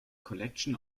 collection